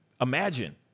Imagine